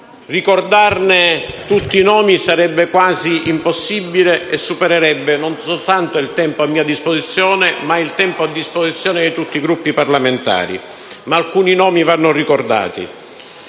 Ricordare tutti i nomi sarebbe quasi impossibile e supererebbe non soltanto il tempo a mia disposizione, ma quello di tutti i Gruppi parlamentari. Ma alcuni nomi vanno ricordati: